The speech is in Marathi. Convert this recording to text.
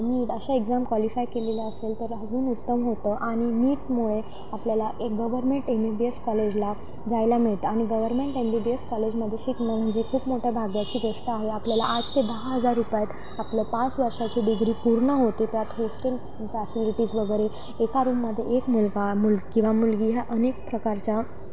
नीट अशा एक्झाम क्वालिफाय केलेल्या असेल तर अजून उत्तम होतं आणि नीटमुळे आपल्याला एक government M B B S कॉलेजला जायला मिळतं आणि government M B B S कॉलेजमध्ये शिकणं म्हणजे खूप मोठ्या भाग्याची गोष्ट आहे आपल्याला आठ ते दहा हजार रुपयात आपलं पाच वर्षाची डिग्री पूर्ण होते त्यात होस्टेल फॅसिलिटीज वगैरे एका रूममध्ये एक मुलगा मुल किंवा मुलगी ह्या अनेक प्रकारच्या